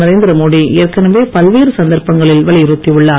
நரேந்திரமோடி ஏற்கனவே பல்வேறு சந்தர்ப்பங்களில் வலியுறுத்தி உள்ளார்